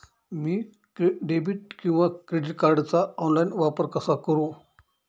मी debit किंवा credit कार्डचा online वापर कसा करु?